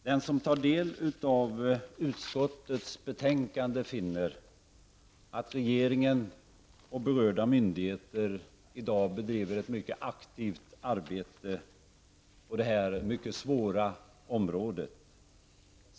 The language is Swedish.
Den som tar del av utskottets betänkande finner att regeringen och berörda myndigheter i dag bedriver ett mycket aktivt arbete på det här mycket svåra området.